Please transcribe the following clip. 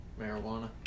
marijuana